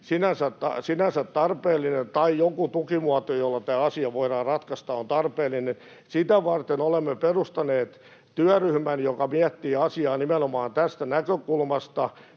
sinänsä tarpeellinen, tai joku tukimuoto, jolla tämä asia voidaan ratkaista, on tarpeellinen. Sitä varten olemme perustaneet työryhmän, joka miettii asiaa nimenomaan tästä näkökulmasta.